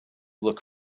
look